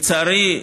לצערי,